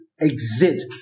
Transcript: exit